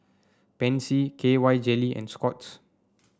Pansy K Y Jelly and Scott's